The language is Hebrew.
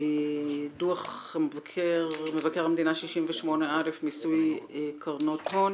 דו"ח מבקר המדינה 68א מיסוי קרנות הון.